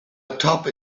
atop